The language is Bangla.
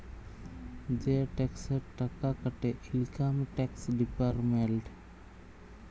যে টেকসের টাকা কাটে ইলকাম টেকস ডিপার্টমেল্ট